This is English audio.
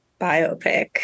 biopic